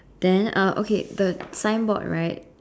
then uh okay the signboard right